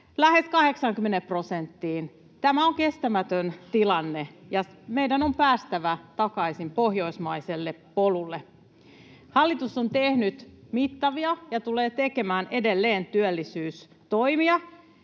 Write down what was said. lähes 80 prosenttiin. Tämä on kestämätön tilanne, ja meidän on päästävä takaisin pohjoismaiselle polulle. Hallitus on tehnyt ja tulee edelleen tekemään mittavia työllisyystoimia,